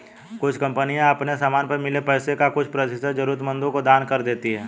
कुछ कंपनियां अपने समान पर मिले पैसे का कुछ प्रतिशत जरूरतमंदों को दान कर देती हैं